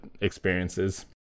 experiences